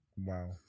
Wow